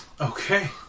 Okay